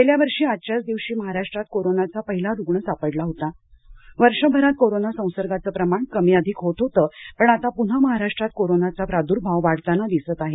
गेल्या वर्षी आजच्याच दिवशी महाराष्ट्रात कोरोनाचा पहिला रुग्ण सापडला होता वर्षभरात कोरोना संसर्गाचं प्रमाण कमी अधिक होत होतं पण आता पुन्हा महाराष्ट्रात कोरोनाचा प्रादुर्भाव वाढताना दिसत आहे